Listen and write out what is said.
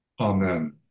Amen